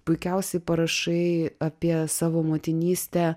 puikiausiai parašai apie savo motinystę